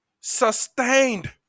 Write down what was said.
sustained